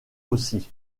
aussi